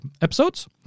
episodes